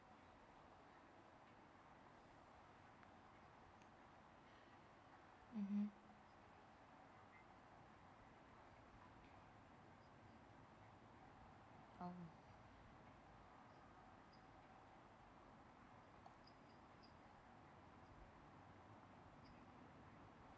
mm